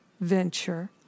venture